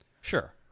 Sure